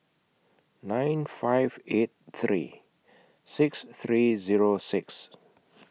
nine five eight three six three Zero six